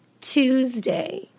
Tuesday